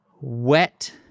wet